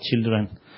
children